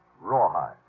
Rawhide